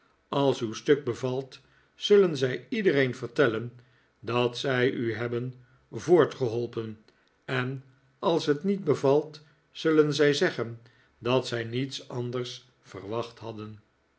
als uw stuk bevalt zullen zij iedereen vertellen dat zij u hebben voortgeholpen en als het niet bevalt zullen zij zeggen dat zij niets anders verwacht hadden